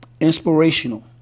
inspirational